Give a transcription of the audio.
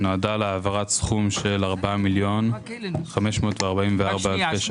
נועדה להעברת סכום של 4 מיליון ו-544,000 ₪,